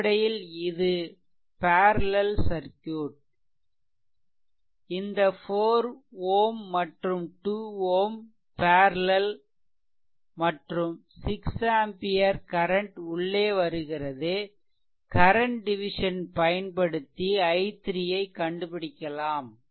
அடிப்படையில் இது பேரலல் சர்க்யூட்இந்த 4 Ω மற்றும் 2 Ω பேரலல் மற்றும் 6 ஆம்பியர் கரன்ட் உள்ளே வருகிறது கரன்ட் டிவிசன் பயன்படுத்தி i3 ஐ கண்டுபிடிக்கலாம்